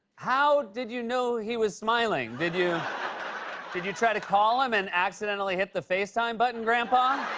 how did you know he was smiling? did you did you try to call him and accidentally hit the facetime button, grandpa?